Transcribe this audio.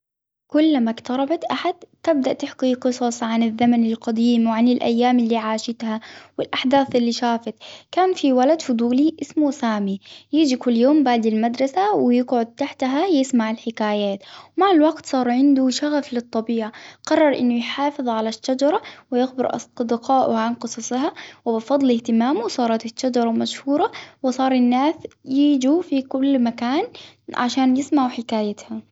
كل ما إقتربت أحد تبدأ تحكي قصص عن الزمن القديم وعن الأيام اللي عاشتها، والأحداث اللي شافت كان في ولد فضولي إسمه سامي، يجي كل يوم بعد المدرسة ويقعد تحتها يسمع الحكايات. مع الوقت صار عنده شغف للطبيعة. قرر إنه يحافظ على الشجرة ويخبر أص-أصدقاء وعن قصصها. وبفضل هتمامه صارت الشجرة مشهورة. وصار الناس ييجوا في كل مكان. عشان يسمعوا حكايتهم.